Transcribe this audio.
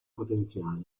potenziale